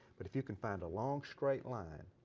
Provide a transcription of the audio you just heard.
but if you can find a long, straight line,